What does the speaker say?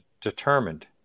determined